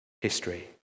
history